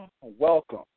welcome